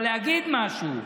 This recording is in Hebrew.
אבל להגיד משהו.